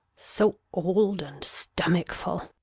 so old and stomachfiil.